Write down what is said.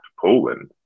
Poland